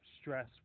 stress